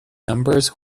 numbers